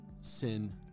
sin